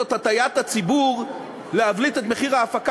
זו הטעיית הציבור להבליט את מחיר ההפקה